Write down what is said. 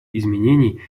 изменений